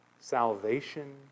salvation